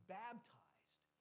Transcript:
baptized